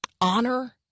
honor